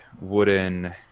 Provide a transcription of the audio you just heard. wooden